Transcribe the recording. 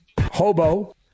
Hobo